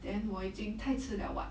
then 我已经太迟了 [what]